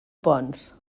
ponts